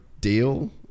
deal